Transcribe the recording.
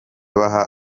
baha